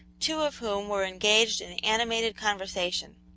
two of whom were engaged in animated conversation.